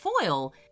foil